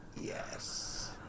Yes